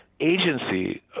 agency